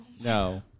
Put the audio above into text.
No